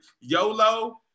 YOLO